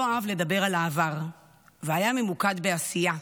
לא אהב לדבר על העבר והיה ממוקד בעשייה,